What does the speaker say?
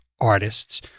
artists